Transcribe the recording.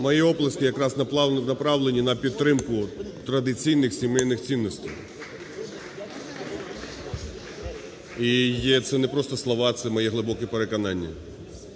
Мої оплески якраз направлені на підтримку традиційних сімейних цінностей. І це не просто слова, це – моє глибоке переконання.